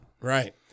Right